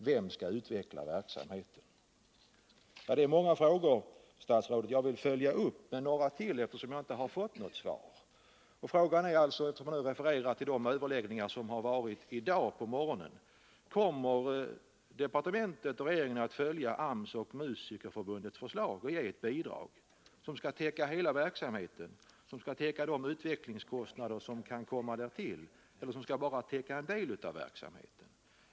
Vem skall utveckla verksamhe Det finns alltså många frågor kring det här, och jag vill följa upp det genom att ställa ytterligare några till statsrådet, eftersom jag inte har fått något svar. Jag vill då referera till de överläggningar som hållits i dag på morgonen och fråga: Kommer departementet och regeringen att följa AMS och Musikerförbundets förslag och ge bidrag som skall täcka hela verksamheten, dvs. även de utvecklingskostnader som kan tillkomma, eller blir det fråga om bidrag som bara täcker en del av verksamheten?